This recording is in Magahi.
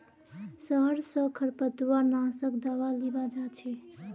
शहर स खरपतवार नाशक दावा लीबा जा छि